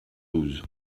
douze